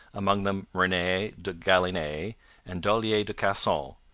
among them rene de galinee and dollier de casson,